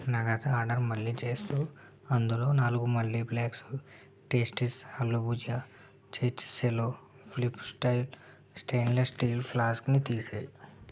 నా గత ఆడర్ మళ్ళీ చేస్తూ అందులో నాలుగు మళ్ళీ ఫ్ల్యాక్సు టేస్టీస్ హల్లు బుజా చేర్చిసెలో flips style stainless steel ఫ్లాస్క్ని తీసేయి